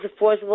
Affordable